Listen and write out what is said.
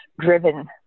driven